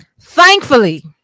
Thankfully